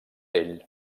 ell